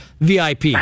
VIP